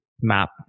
map